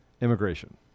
immigration